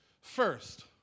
First